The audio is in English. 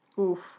Oof